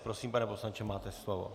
Prosím, pane poslanče, máte slovo.